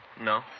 No